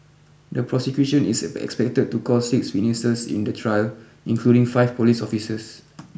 the prosecution is expected to call six witnesses in the trial including five police officers